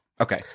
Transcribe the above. Okay